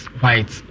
white